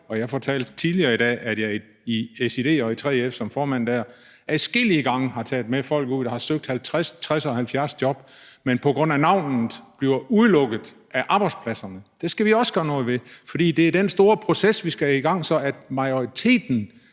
Jeg fortalte tidligere i dag, at jeg som formand i SiD og i 3F adskillige gange har taget med folk ud, der har søgt 50, 60 og 70 job, men på grund af navnet bliver udelukket af arbejdspladserne. Det skal vi også gøre noget ved, fordi det er den store proces, vi skal i gang med, så majoriteten